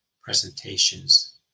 presentations